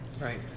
Right